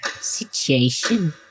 situation